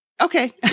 Okay